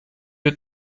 wir